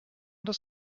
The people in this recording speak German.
das